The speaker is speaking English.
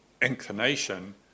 inclination